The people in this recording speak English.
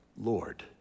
Lord